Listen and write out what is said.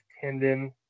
tendon